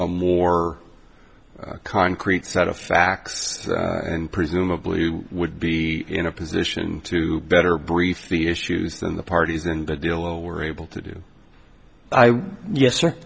a more concrete set of facts and presumably you would be in a position to better brief the issues than the parties in the deal or were able to do i yes